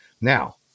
Now